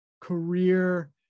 career